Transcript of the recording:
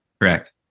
Correct